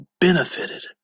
benefited